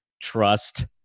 trust